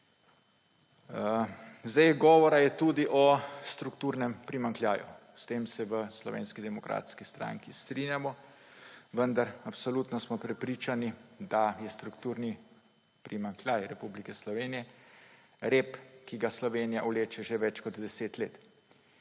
Govora je tudi o strukturnem primanjkljaju. S tem se v Slovenski demokratski stranki strinjamo, vendar smo absolutno prepričani, da je strukturni primanjkljaj Republike Slovenije rep, ki ga Slovenija vleče že več kot 10 let.